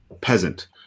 peasant